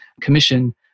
commission